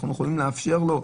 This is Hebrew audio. אנחנו מאפשרים לו,